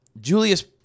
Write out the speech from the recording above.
Julius